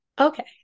Okay